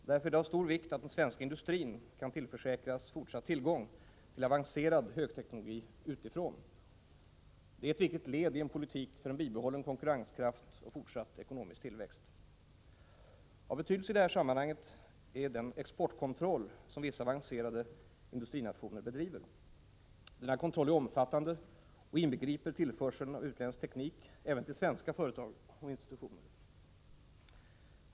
Det är därför av stor vikt att den svenska industrin kan tillförsäkras fortsatt tillgång till avancerad högteknologi utifrån. Detta utgör ett viktigt led i en politik för en bibehållen konkurrenskraft och fortsatt ekonomisk tillväxt. Av betydelse i detta sammanhang är den exportkontroll som vissa avancerade industrinationer bedriver. Denna kontroll är omfattande och inbegriper tillförseln av utländsk teknik även till svenska företag och institutioner.